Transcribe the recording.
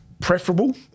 preferable